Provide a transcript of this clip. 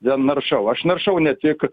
vien naršau aš naršau ne tik